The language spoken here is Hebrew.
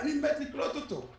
אני מת לקלוט אותו.